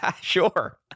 Sure